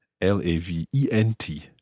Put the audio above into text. L-A-V-E-N-T